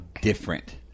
different